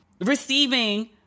receiving